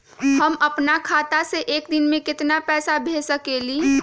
हम अपना खाता से एक दिन में केतना पैसा भेज सकेली?